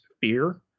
fear